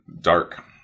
dark